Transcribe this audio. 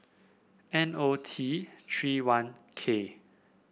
N O T Three one K